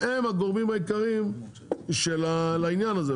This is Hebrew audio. והם הגורמים העיקריים לעניין הזה,